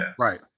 Right